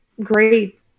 great